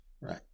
right